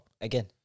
again